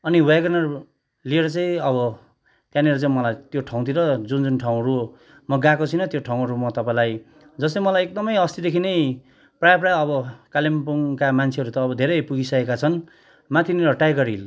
अनि वागेनर लिएर चाहिँ अब त्यहाँनिर चाहिँ मलाई त्यो ठाउँतिर जुन जुन ठाउँहरू म गएको छुइनँ त्यो ठाउँहरू म तपाईँलाई जस्तै मलाई अस्तिदेखि नै प्राय प्राय अब कालिम्पोङका मान्छेहरू त धेरै पुगिसकेका छन् माथिनिर टाइगर हिल